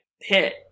hit